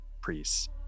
priests